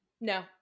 No